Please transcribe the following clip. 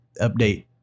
update